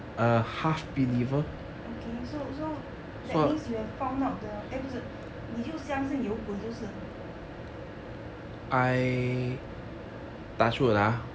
okay so so that means you have found out the eh 不是你就相信有鬼就是了